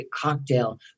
cocktail